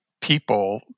people